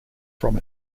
from